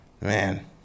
man